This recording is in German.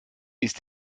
ist